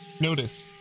Notice